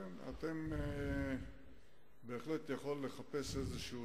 אתם בהחלט יכולים לחפש שורשים